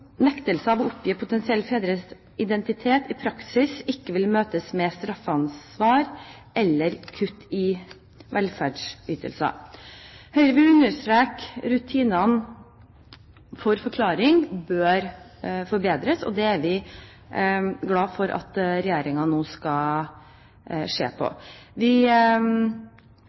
nektelse av å oppgi potensielle fedres identitet i praksis ikke vil møtes med straffansvar eller kutt i velferdsytelser. Høyre vil understreke at rutinene for forklaring bør forbedres, og det er vi glad for at regjeringen nå skal se på. Vi